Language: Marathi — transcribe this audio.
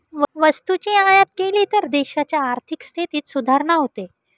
वस्तूची आयात केली तर देशाच्या आर्थिक स्थितीत सुधारणा होते